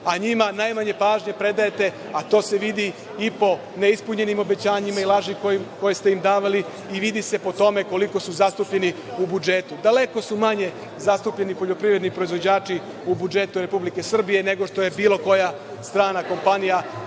a njima najmanje pažnje pridajete, a to se vidi i po neispunjenim obećanjima i lažima koje ste im davali i vidi se po tome koliko su zastupljeni u budžetu. Daleko su manje zastupljeni poljoprivredni proizvođači u budžetu Republike Srbije, nego što je bilo koja strana kompanija